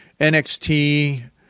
NXT